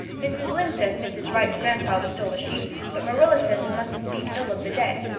mrs. lynde says mrs. wrights grandfather stole a sheep but marilla says we mustent speak ill of the dead.